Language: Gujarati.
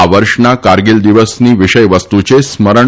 આ વર્ષના કારગીલ દિવસની વિષયવસ્તુ છેસ્મરણ